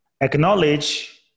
acknowledge